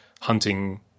hunting